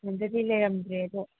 ꯂꯩꯔꯝꯗ꯭ꯔꯦ ꯑꯗꯣ